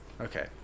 Okay